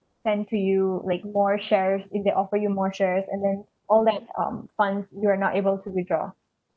sense to you like more shares if they offer you more shares and then all that um funds you are not able to withdraw